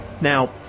Now